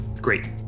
Great